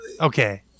okay